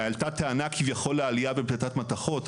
עלתה טענה כביכול לעלייה בפלטת מתכות,